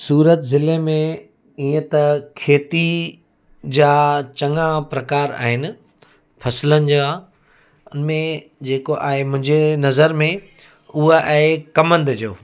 सूरत ज़िले में ईअं त खेती जा चङा प्रकार आहिनि फसलनि जा उन में जेको आहे मुंहिंजे नज़र में उहा आहे कमंद जो